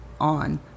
on